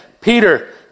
Peter